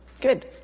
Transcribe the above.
Good